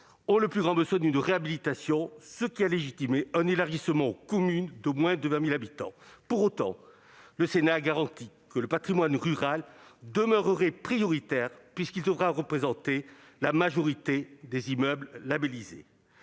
ont le plus grand besoin d'une réhabilitation, ce qui a légitimé un élargissement du label aux communes de moins de 20 000 habitants. Pour autant, le Sénat a garanti que le patrimoine rural demeurerait prioritaire, puisqu'il devra représenter la majorité des immeubles labellisés.